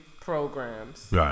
programs